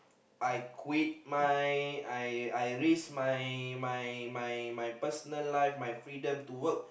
I quit my I I risk my my my my personal life my freedom to work